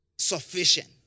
sufficient